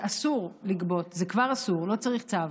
אסור לגבות, זה כבר אסור, לא צריך צו.